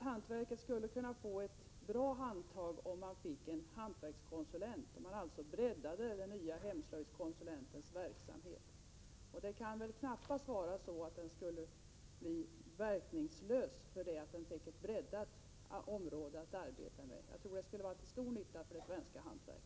Hantverket skulle ges ett gott handtag om man inrättade hantverkskonsulenter, om man alltså breddade den nya hemslöjdskonsulentens verksamhet. Hemslöjdskonsulenterna skulle väl knappast bli verkningslösa bara för att de fick ett breddat arbetsområde. Detta skulle i stället vara till stor nytta för det svenska hantverket.